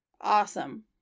awesome